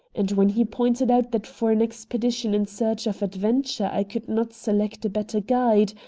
and when he pointed out that for an expedition in search of adventure i could not select a better guide,